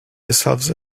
yourselves